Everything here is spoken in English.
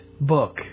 book